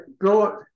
Go